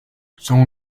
son